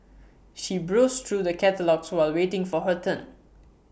she browsed through the catalogues while waiting for her turn